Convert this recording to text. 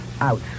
Out